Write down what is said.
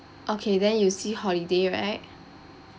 okay then you see holiday right